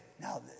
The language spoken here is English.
Now